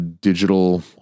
digital